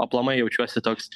aplamai jaučiuosi toks